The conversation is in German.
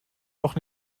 auch